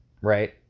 right